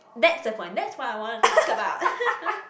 that's the point that's what I wanna talk about